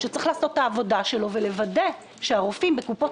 שצריך לעשות את העבודה שלו ולוודא שהרופאים בקופות